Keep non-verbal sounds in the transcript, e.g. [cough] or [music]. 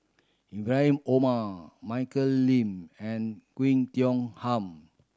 Ibrahim Omar Michelle Lim and [unintelligible] Tiong Ham